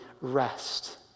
rest